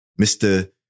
Mr